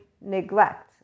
neglect